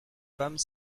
femmes